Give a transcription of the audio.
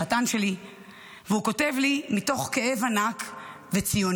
החתן שלי והוא כותב לי מתוך כאב ענק וציונות.